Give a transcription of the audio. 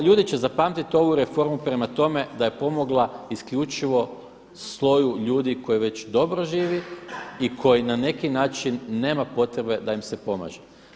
Ljudi će zapamtit ovu reformu prema tome da je pomogla isključivo sloju ljudi koji već dobro živi i koji na neki način nema potrebe da im se pomaže.